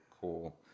cool